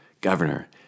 Governor